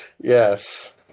Yes